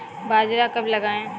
बाजरा कब लगाएँ?